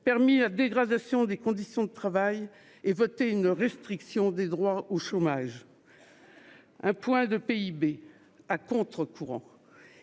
permis la dégradation des conditions de travail et voté une restriction des droits au chômage. Un point de PIB, à contre-courant,